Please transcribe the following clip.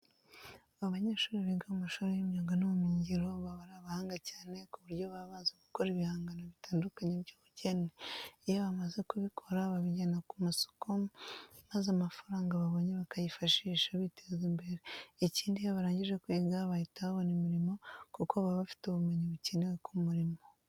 Abanyeshuri biga mu mashuri y'imyuga n'ubumenyingiro baba ari abahanga cyane ku buryo baba bazi gukora ibihangano bitandukanye by'ubugeni. Iyo bamaze kubikora babijyana ku masoko maza amafaranga babonye bakayifashisha biteza imbere. Ikindi, iyo barangije kwiga bahita babona imirimo kuko baba bafite ubumenyi bukenewe ku murimo.